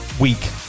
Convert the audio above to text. week